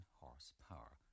horsepower